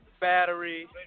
battery